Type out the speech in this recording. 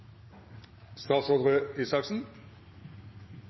statsråd